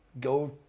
go